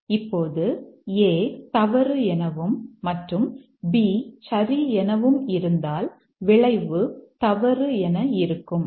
இப்போது A தவறு எனவும் மற்றும் B சரி எனவும் இருந்தால் விளைவு தவறு என இருக்கும்